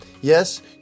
Yes